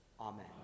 Amen